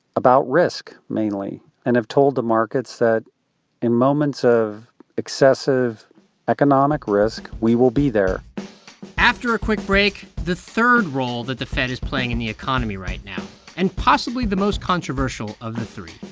about risk, mainly, and have told the markets that in moments of excessive economic risk, we will be there after a quick break, the third rule that the fed is playing in the economy right now and possibly the most controversial of the three